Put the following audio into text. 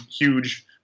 huge